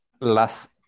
las